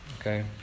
okay